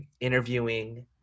interviewing